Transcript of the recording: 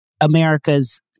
America's